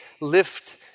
lift